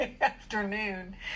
afternoon